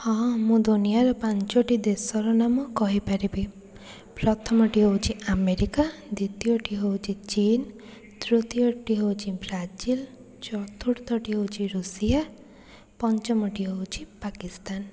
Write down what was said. ହଁ ମୁଁ ଦୁନିଆର ପାଞ୍ଚୋଟି ଦେଶର ନାମ କହିପାରିବି ପ୍ରଥମଟି ହେଉଛି ଆମେରିକା ଦ୍ୱିତୀୟଟି ହେଉଛି ଚୀନ୍ ତୃତୀୟଟି ହେଉଛି ବ୍ରାଜିଲ୍ ଚତୁର୍ଥଟି ହେଉଛି ରୁଷିଆ ପଞ୍ଚମଟି ହେଉଛି ପାକିସ୍ତାନ